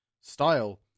style